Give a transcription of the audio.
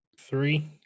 Three